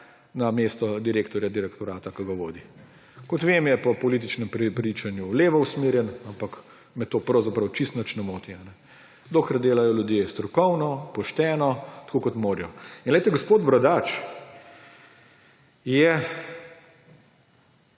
na mesto direktorja direktorata, ki ga vodi. Kot vem, je po političnem prepričanju levo usmerjen, ampak me to pravzaprav čisto nič ne moti, dokler delajo ljudje strokovno, pošteno, tako kot morajo. Gospod Bradač je,